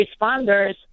responders